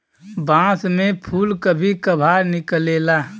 बांस में फुल कभी कभार निकलेला